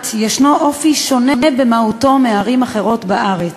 יש אופי שונה במהותו משל ערים אחרות בארץ,